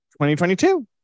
2022